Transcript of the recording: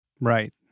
Right